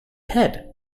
head